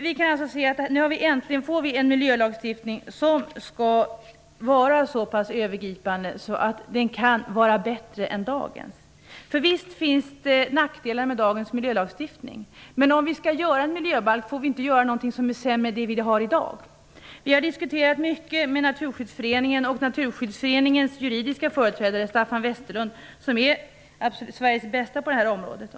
Nu får vi äntligen en miljölagstiftning som skall vara så övergripande att den kan vara bättre än dagens. Visst finns det nackdelar med dagens miljölagstiftning, men om vi skall göra en miljöbalk får vi inte göra någonting som är sämre än det vi har i dag. Vi har diskuterat mycket med Naturskyddsföreningen och dess juridiska företrädare, Staffan Westerlund, som är Sveriges bästa på det här området.